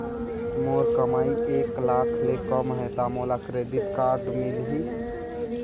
मोर कमाई एक लाख ले कम है ता मोला क्रेडिट कारड मिल ही?